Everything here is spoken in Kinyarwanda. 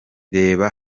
reba